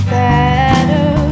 better